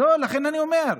לא, לכן אני אומר.